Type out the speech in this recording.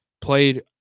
played